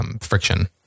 friction